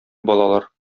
балалар